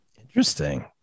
Interesting